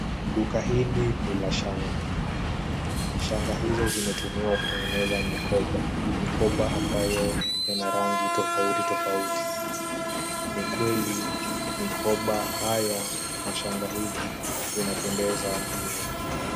Duka hili ni la shanga. Shanga hizo zimetumiwa kutengeneza mikoba, mikoba ambayo yana rangi tofauti tofauti. Ni kweli mikoba haya na shanga hizi zinapendeza mno.